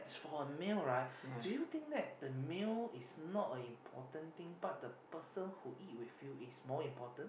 for male right do you think that the male is not a important thing part the person who eats with you is more important